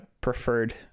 preferred